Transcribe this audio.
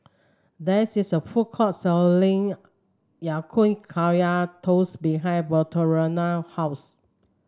there is a food court selling Ya Kun Kaya Toast behind Victoriano's house